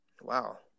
Wow